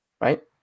Right